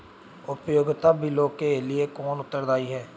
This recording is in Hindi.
उपयोगिता बिलों के लिए कौन उत्तरदायी है?